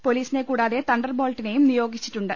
പോലീസിനെ കൂടാതെ തണ്ടർ ബോൾട്ടിനെയും നിയോഗിച്ചിട്ടുണ്ട്